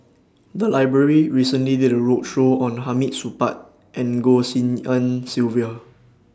The Library recently did A roadshow on Hamid Supaat and Goh Tshin En Sylvia